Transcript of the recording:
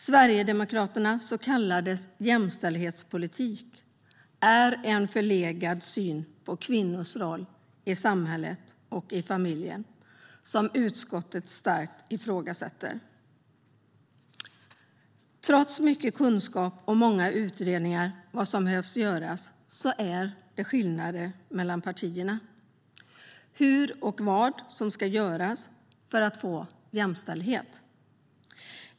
Sverigedemokraternas så kallade jämställdhetspolitik är en förlegad syn på kvinnors roll i samhället och i familjen, som utskottet starkt ifrågasätter. Trots mycket kunskap och många utredningar om vad som behöver göras finns det skillnader mellan partierna när det gäller hur och vad som ska göras för att nå jämställdhet.